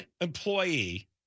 employee